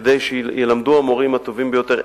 כדי שילמדו המורים הטובים ביותר.